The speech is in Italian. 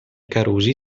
carusi